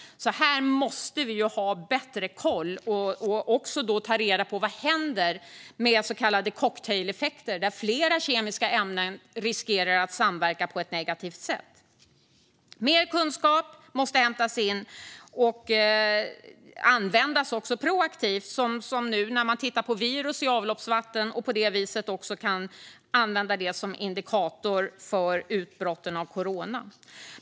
Här måste vi alltså ha bättre koll och ta reda på vad som händer med så kallade cocktaileffekter, då flera kemiska ämnen riskerar att samverka på ett negativt sätt. Mer kunskap måste hämtas in och användas proaktivt, som nu när man tittar på virus i avloppsvatten och på det viset kan använda det som indikator för utbrotten av covid.